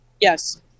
Yes